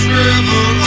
river